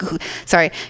sorry